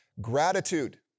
gratitude